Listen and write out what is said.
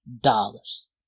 dollars